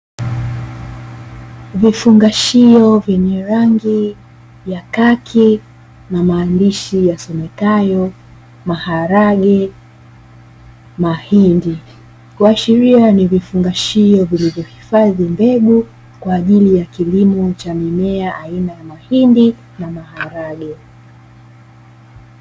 Vifungashio vyenye rangi ya kaki na maandishi yasomekayo "maharage, mahindi" kuashiria ni vifungashio vilivyohifadhi mbegu kwa ajili ya kilimo cha mimea aina ya mahindi na maharage.